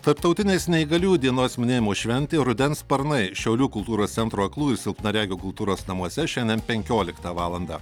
tarptautinės neįgaliųjų dienos minėjimo šventėje rudens sparnai šiaulių kultūros centro aklųjų silpnaregių kultūros namuose šiandien penkioliktą valandą